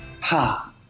Ha